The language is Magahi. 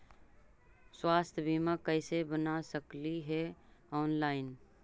स्वास्थ्य बीमा कैसे बना सकली हे ऑनलाइन?